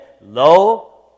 Lo